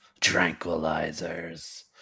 tranquilizers